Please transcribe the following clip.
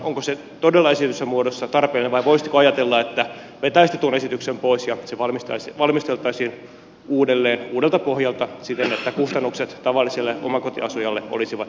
onko se todella esitetyssä muodossa tarpeellinen vai voisitteko ajatella että vetäisitte tuon esityksen pois ja se valmisteltaisiin uudelleen uudelta pohjalta siten että kustannukset tavalliselle omakotiasujalle olisivat pienemmät